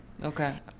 Okay